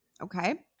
Okay